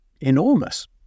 enormous